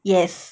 yes